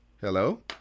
Hello